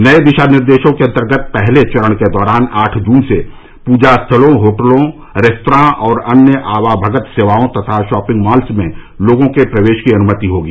नए दिशा निर्देशों के अंतर्गत पहले चरण के दौरान आठ जून से पूजा स्थलों होटलों रेस्त्राओं और अन्य आवभगत सेवाओं तथा शॉपिंग मॉल्स में लोगों के प्रवेश की अनुमति होगी